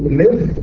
live